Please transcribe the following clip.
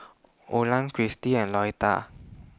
Olan Kristie and Lolita